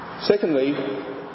Secondly